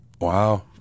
Wow